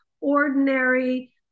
ordinary